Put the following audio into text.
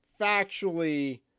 factually